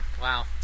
Wow